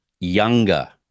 younger